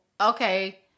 Okay